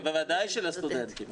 ובוודאי של הסטודנטים.